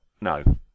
No